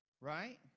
right